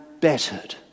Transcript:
bettered